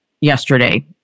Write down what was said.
yesterday